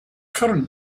current